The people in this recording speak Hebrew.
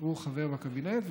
הוא חבר בקבינט,